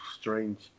strange